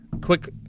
quick